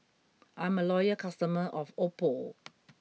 I'm a loyal customer of Oppo